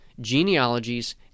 genealogies